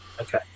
Okay